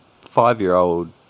five-year-old